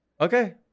Okay